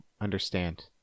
understand